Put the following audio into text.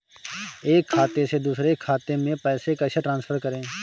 एक खाते से दूसरे खाते में पैसे कैसे ट्रांसफर करें?